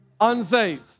unsaved